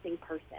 person